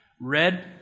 red